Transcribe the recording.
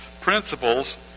principles